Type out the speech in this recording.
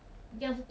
要 like